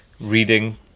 reading